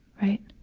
right,